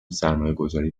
سرمایهگذاری